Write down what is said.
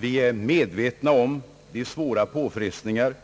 Vi är medvetna om de påfrestningar